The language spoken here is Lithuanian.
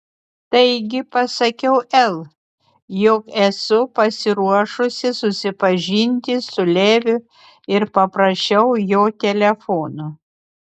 taigi pasakiau el jog esu pasiruošusi susipažinti su leviu ir paprašiau jo telefono